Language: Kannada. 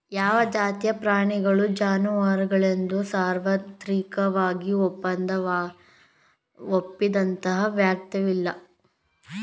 ಯಾವ ಜಾತಿಯ ಪ್ರಾಣಿಗಳು ಜಾನುವಾರುಗಳೆಂದು ಸಾರ್ವತ್ರಿಕವಾಗಿ ಒಪ್ಪಿದಂತಹ ವ್ಯಾಖ್ಯಾನವಿಲ್ಲ